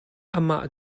amah